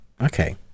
Okay